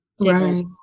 Right